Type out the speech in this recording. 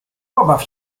pobaw